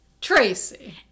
Tracy